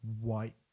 white